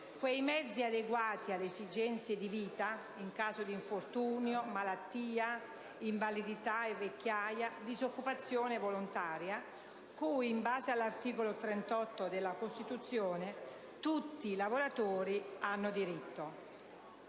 quei «mezzi adeguati alle loro esigenze di vita in caso di infortunio, malattia, invalidità e vecchiaia, disoccupazione involontaria» cui, in base all' articolo 38 della Costituzione, tutti i lavoratori hanno diritto.